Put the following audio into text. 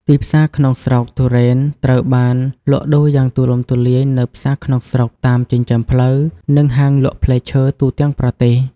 ទីផ្សារក្នុងស្រុកទុរេនត្រូវបានលក់ដូរយ៉ាងទូលំទូលាយនៅ ផ្សារក្នុងស្រុក តាមចិញ្ចើមផ្លូវ និងហាងលក់ផ្លែឈើ ទូទាំងប្រទេស។